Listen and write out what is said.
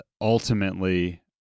ultimately